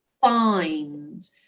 find